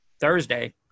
thursday